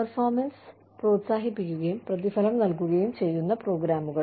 performance പ്രോത്സാഹിപ്പിക്കുകയും പ്രതിഫലം നൽകുകയും ചെയ്യുന്ന പ്രോഗ്രാമുകൾ